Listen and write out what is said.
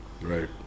Right